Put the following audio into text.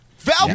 Val